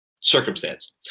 circumstance